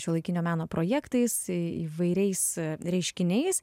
šiuolaikinio meno projektais įvairiais reiškiniais